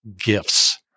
gifts